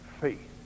faith